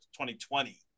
2020